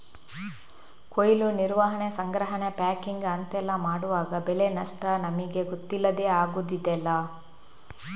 ಕೊಯ್ಲು, ನಿರ್ವಹಣೆ, ಸಂಗ್ರಹಣೆ, ಪ್ಯಾಕಿಂಗ್ ಅಂತೆಲ್ಲ ಮಾಡುವಾಗ ಬೆಳೆ ನಷ್ಟ ನಮಿಗೆ ಗೊತ್ತಿಲ್ಲದೇ ಆಗುದಿದೆಯಲ್ಲ